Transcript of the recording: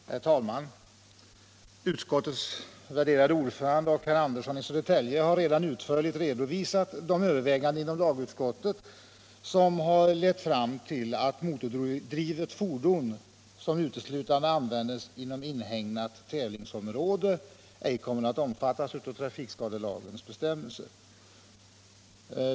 Herr talman! Utskottets värderade ordförande och herr Andersson i Södertälje har redan utförligt redovisat de överväganden inom lagutskottet som har lett fram till förslaget att motordrivet fordon som uteslutande används inom inhägnat tävlingsområde ej skall omfattas av trafikskadelagens bestämmelser.